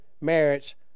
marriage